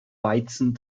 weizen